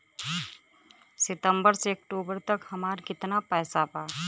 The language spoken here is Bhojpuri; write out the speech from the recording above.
सितंबर से अक्टूबर तक हमार कितना पैसा बा?